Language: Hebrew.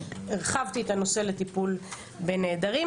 הרחבתי את הנושא לטיפול בנעדרים,